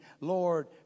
Lord